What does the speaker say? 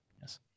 yes